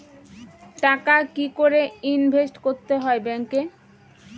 টাকা কি করে ইনভেস্ট করতে হয় ব্যাংক এ?